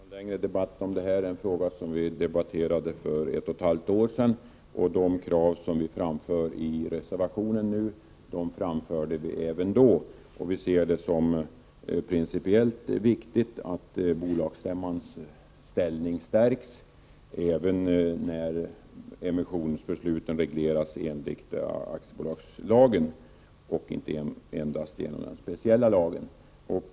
Herr talman! Vi skall väl inte ha någon längre debatt om den här frågan, som vi ju debatterade för ett och ett halvt år sedan. De krav som vi framför i reservationen nu framförde vi även då. Vi ser det som principiellt viktigt att bolagsstämmans ställning stärks även när emissionsbesluten regleras enligt aktiebolagslagen och inte endast enligt den speciella lagen.